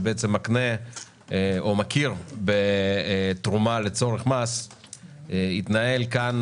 שבעצם מקנה או מכיר בתרומה לצורך מס התנהל כאן